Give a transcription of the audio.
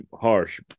harsh